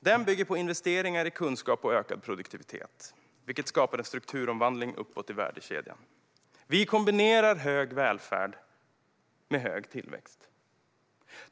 Den bygger på investeringar i kunskap och ökad produktivitet, vilket skapar en strukturomvandling uppåt i värdekedjan. Vi kombinerar hög välfärd med hög tillväxt.